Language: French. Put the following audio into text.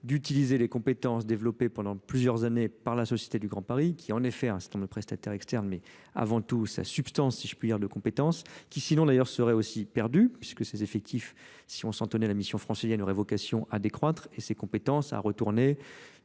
d'utiliser les compétences développées pendant plusieurs années par la société du grand Paris qui est en fait un certain de prestataires externes mais avant tout sa substance Si je puis dire de compétence qui sinon d'ailleurs, serait aussi perdue puisque ses effectifs si on s'en tenait la mission française aurait décroître et ses compétences à retourner